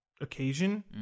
occasion